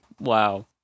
Wow